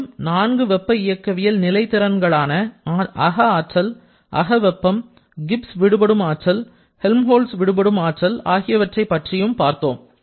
மேலும் நான்கு வெப்ப இயக்கவியல் நிலை திறன்களான அக ஆற்றல் அக வெப்பம் கிப்ஸ் விடுபடும் ஆற்றல் ஹெல்ம்ஹோல்ட்ஸ் விடுபடும் ஆற்றல் ஆகியவற்றை பற்றியும் பார்த்தோம்